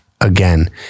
again